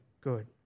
good